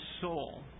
soul